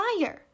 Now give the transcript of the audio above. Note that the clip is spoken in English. fire